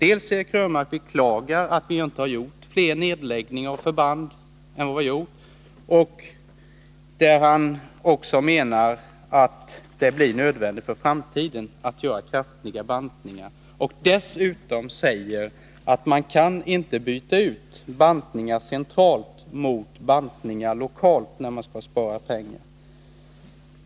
Eric Krönmark beklagar att vi inte lagt ned flera förband än vi gjort och menar att det blir nödvändigt att göra kraftiga bantningar för framtiden. Dessutom säger han att man inte kan byta ut bantningar lokalt mot bantningar centralt när man skall spara pengar.